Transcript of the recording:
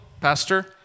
Pastor